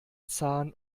zahn